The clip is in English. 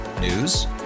News